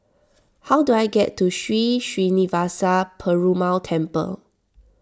how do I get to Sri Srinivasa Perumal Temple